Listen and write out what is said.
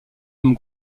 comme